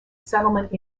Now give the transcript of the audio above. settlement